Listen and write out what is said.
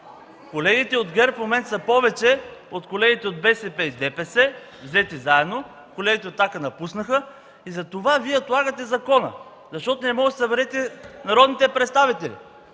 Колегите от ГЕРБ в момента са повече от колегите от БСП и ДПС взети заедно, понеже „Атака” напуснаха, и затова Вие отлагате закона, защото не можете да си съберете народните представители.